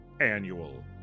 annual